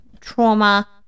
trauma